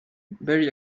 very